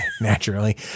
Naturally